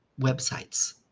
websites